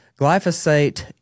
glyphosate